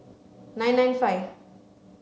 nine nine five